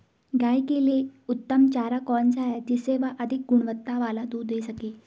गाय के लिए उत्तम चारा कौन सा है जिससे वह अधिक गुणवत्ता वाला दूध दें सके?